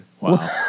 Wow